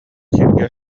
сиргэ